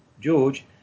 George